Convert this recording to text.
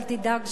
אל תדאג,